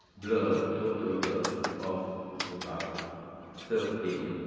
blur, total blur of about thirteen